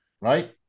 right